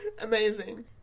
Amazing